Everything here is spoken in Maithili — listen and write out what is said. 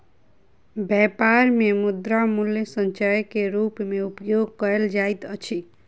व्यापार मे मुद्रा मूल्य संचय के रूप मे उपयोग कयल जाइत अछि